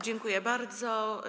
Dziękuję bardzo.